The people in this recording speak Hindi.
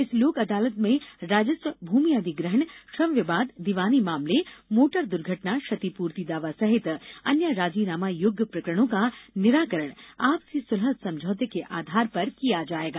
इस लोक अदालत में राजस्व भूमि अधिग्रहण श्रम विवाद दीवानी मामले मोटर दुर्घटना क्षतिपूर्ति दावा सहित अन्य राजीनामा योग्य प्रकरणों का निराकरण आपसी सुलह समझौते के आधार पर किया जायेगा